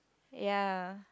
ya